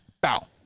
Bow